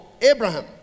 abraham